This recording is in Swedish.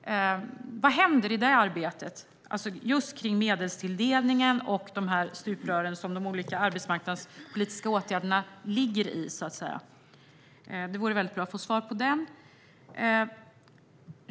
Vad händer i arbetet med medelstilldelningen och när det gäller de här stuprören som de olika arbetsmarknadspolitiska åtgärderna ligger i? Det vore bra att få svar på det.